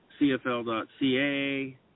cfl.ca